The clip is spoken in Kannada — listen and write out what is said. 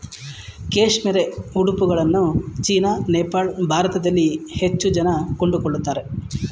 ಕೇಶ್ಮೇರೆ ಉಡುಪುಗಳನ್ನ ಚೀನಾ, ನೇಪಾಳ, ಭಾರತದಲ್ಲಿ ಹೆಚ್ಚು ಜನ ಕೊಂಡುಕೊಳ್ಳುತ್ತಾರೆ